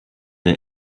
der